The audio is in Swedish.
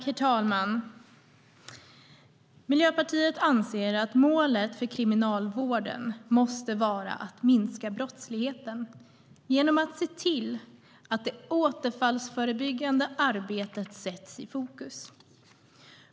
Herr talman! Miljöpartiet anser att målet för kriminalvården måste vara att minska brottsligheten genom att se till att det återfallsförebyggande arbetet sätts i fokus.